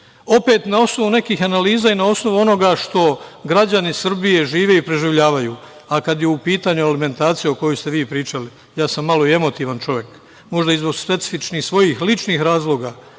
Opet na osnovu nekih analiza i na osnovu onoga što građani Srbije žive i preživljavaju, a kada je u pitanju alimentacija o kojoj ste vi pričali, ja sam malo i emotivan čovek, možda i zbog specifičnih svojih ličnih razloga,